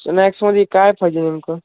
स्नॅक्समध्ये काय पाहिजे नेमकं